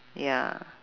ya